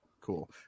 cool